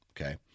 Okay